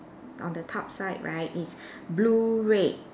on the top side right it's blue red